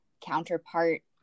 counterpart